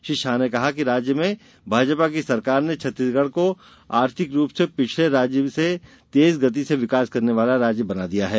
श्री शाह ने कहा कि राज्य में भाजपा की सरकार ने छत्तीसगढ को आर्थिक रूप से पिछड़े राज्य से तेज गति से विकास करने वाला राज्य बना दिया है